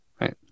Right